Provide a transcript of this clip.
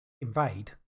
invade